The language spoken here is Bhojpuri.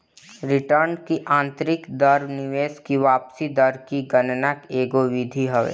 रिटर्न की आतंरिक दर निवेश की वापसी दर की गणना के एगो विधि हवे